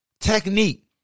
technique